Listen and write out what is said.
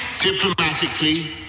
diplomatically